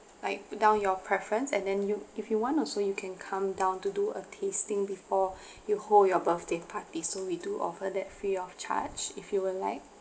like put down your preference and then you if you want also you can come down to do a tasting before you hold your birthday party so we do offer that free of charge if you would like